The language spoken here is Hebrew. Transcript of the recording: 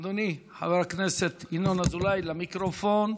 אדוני חבר הכנסת ינון אזולאי, למיקרופון.